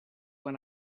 when